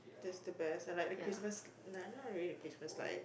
that's the best I like the Christmas li~ not really the Christmas lights